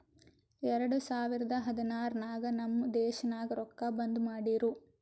ಎರಡು ಸಾವಿರದ ಹದ್ನಾರ್ ನಾಗ್ ನಮ್ ದೇಶನಾಗ್ ರೊಕ್ಕಾ ಬಂದ್ ಮಾಡಿರೂ